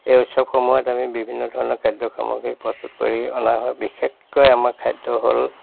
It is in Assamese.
এই উৎসৱসমূহত আমি বিভিন্ন ধৰণৰ খাদ্য সামগ্ৰী প্ৰস্তুত কৰি অনা হয় বিশেষকৈ আমাৰ খাদ্য হ'ল